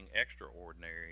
extraordinary